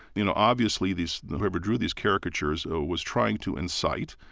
you know, obviously, these whoever drew these caricatures was trying to incite.